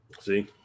See